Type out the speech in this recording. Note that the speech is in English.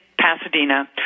Pasadena